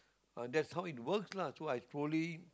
uh that's how it works lah so I slowly